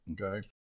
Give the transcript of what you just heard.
Okay